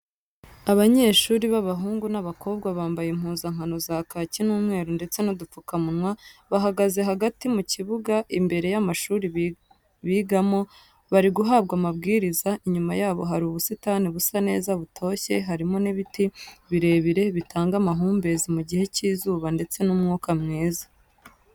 Abanyeshuri b'abahungu n'abakobwa bambaye impuzankano za kaki n'umweru ndetse n'udupfukamunwa, bahagaze hagati mu kibuga imbere y'amashuri bigamo bari guhabwa amabwiriza, inyuma yabo hari ubusitani busa neza butoshye harimo n'ibiti birebire bitanga amahumbezi mu gihe cy'izuba ndetse n'umwuka mwiza.